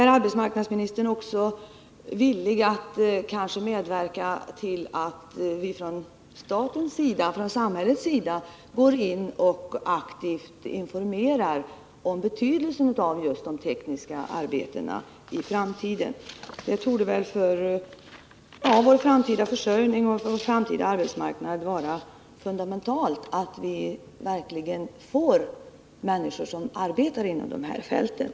Är arbetsmarknadsministern också villig att medverka till att samhället aktivt informerar dem om betydelsen av de tekniska arbetena i framtiden? Det torde för vår framtida försörjning och vår framtida arbetsmarknad vara fundamentalt att vi utbildar människor som kan arbeta på det här fältet.